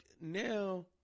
now